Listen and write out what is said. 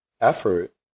effort